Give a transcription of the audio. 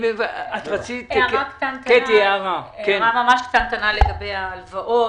הערה קטנה לגבי ההלוואות.